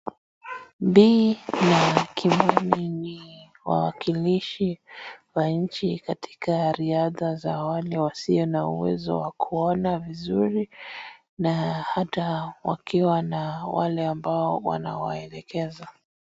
Bii na KImani ni wawakilishi wa nchi katika riadha za wale wasio na uwezo wa kuona vizuri na hata wakiwa na wale ambao wanawaelekeza.